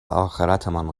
آخرتمان